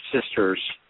Sisters